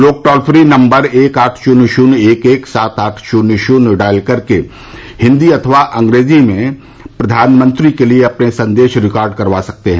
लोग toll free number एक आठ शून्य शून्य एक एक सात आठ शून्य शून्य डायल करके मी हिन्दी अथवा अंग्रेजी में प्रधानमंत्री के लिए अपना संदेश रिकार्ड करवा सकते हैं